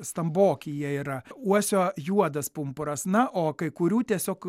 stamboki jie yra uosio juodas pumpuras na o kai kurių tiesiog